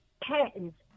patents